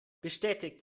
bestätigt